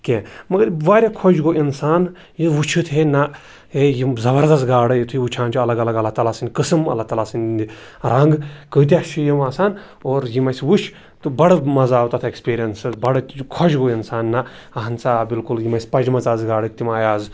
کینٛہہ مگر واریاہ خۄش گوٚو اِنسان یہِ وٕچھِتھ ہے نہ ہے یِم زبردس گاڈٕ یُتھُے وٕچھان چھُ الگ الگ اللہ تعلیٰ سٕنٛدۍ قٕسٕم اللہ تعلیٰ سٕنٛدۍ رنٛگ کۭتیٛاہ چھِ یِم آسان اور یِم اَسہِ وٕچھۍ تہٕ بَڑٕ مَزٕ آو تَتھ اٮ۪کسپیٖرینسَس بَڑٕ خۄش گوٚو اِنسان نہ اہن سا آ بلکل یِم ٲسۍ پَجِمَژ آسہٕ گاڈٕ تِم آے اَز